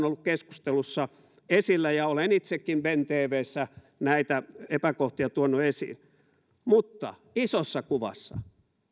olleet keskustelussa esillä ja olen itsekin bentvssä näitä epäkohtia tuonut esiin mutta isossa kuvassa